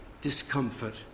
discomfort